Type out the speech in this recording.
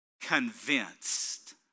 convinced